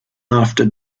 after